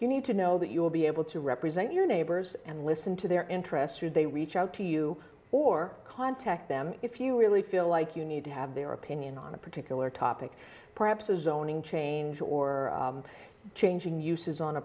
you need to know that you'll be able to represent your neighbors and listen to their interests should they reach out to you or contact them if you really feel like you need to have their opinion on a particular topic perhaps a zoning change or changing uses on a